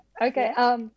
okay